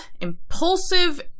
impulsive